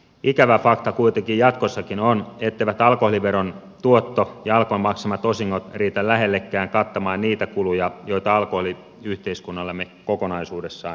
ikävä fakta kuitenkin jatkossakin on etteivät alkoholiveron tuotto ja alkon maksamat osingot riitä lähellekään kattamaan niitä kuluja joita alkoholi yhteiskunnallemme kokonaisuudessaan aiheuttaa